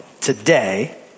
today